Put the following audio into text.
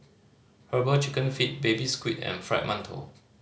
Herbal Chicken Feet Baby Squid and Fried Mantou